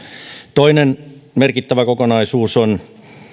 toinen merkittävä kokonaisuus on